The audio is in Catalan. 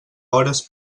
hores